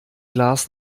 glas